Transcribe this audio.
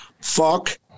Fuck